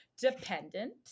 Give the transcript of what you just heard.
dependent